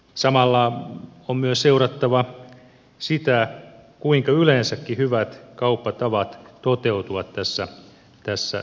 samalla on myös seurattava sitä kuinka yleensäkin hyvät kauppatavat toteutuvat tässä kauppaketjussa